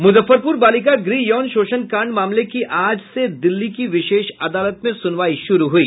मुजफ्फरपुर बालिका गृह यौन शोषण कांड मामले की आज से दिल्ली की विशेष अदालत में सुनवाई शुरू हुई